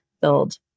build